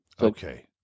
Okay